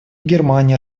германия